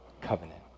covenant